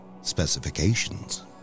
Specifications